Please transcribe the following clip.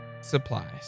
supplies